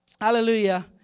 Hallelujah